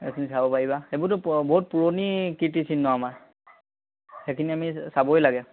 এইখিনি চাব পাৰিবা সেইবোৰটো বহুত পুৰণি কীৰ্তিচিহ্ন আমাৰ সেইখিনি আমি চাবই লাগে